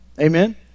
Amen